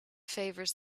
favours